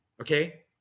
Okay